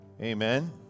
Amen